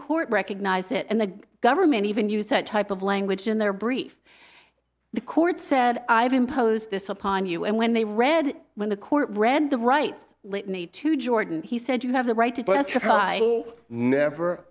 court recognized it and the government even used that type of language in their brief the court said i've imposed this upon you and when they read when the court read the rights litany to jordan he said you have the right to testify never